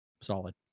solid